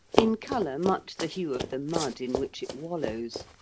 in colour much the hue of the mud in which it wallows.